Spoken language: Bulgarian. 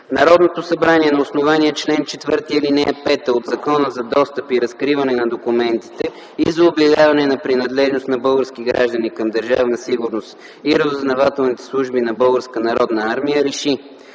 Народното събрание на основание чл. 4, ал. 5 от Закона за достъп и разкриване на документите и за обявяване на принадлежност на български граждани към Държавна сигурност и разузнавателните служби на